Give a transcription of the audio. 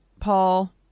paul